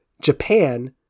Japan